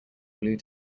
blue